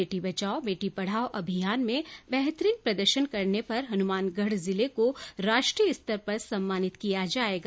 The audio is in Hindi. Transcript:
बेटी बचाओ बेटी पढ़ाओ अभियान में बेहतरीन प्रदर्शन करने पर हनुमानगढ़ जिले को राष्ट्रीय स्तर पर सम्मानित किया जायेगा